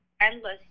endless